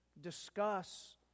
discuss